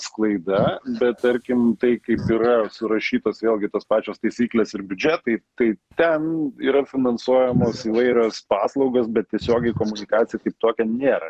sklaida bet tarkim tai kaip yra surašytos vėlgi tos pačios taisyklės ir biudžetai tai ten yra finansuojamos įvairios paslaugos bet tiesiogiai komunikacija kaip tokia nėra